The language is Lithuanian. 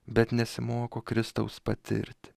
bet nesimoko kristaus patirti